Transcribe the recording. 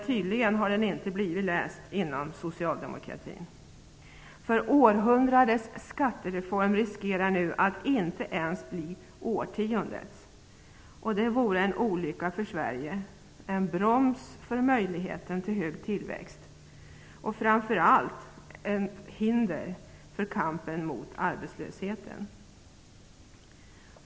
Tydligen har den inte blivit läst inom socialdemokratin, för "århundradets skattereform" riskerar nu att inte ens bli årtiondets skattereform. Det vore en olycka för Sverige, en broms för möjligheten till hög tillväxt och framför allt ett hinder för kampen mot arbetslösheten.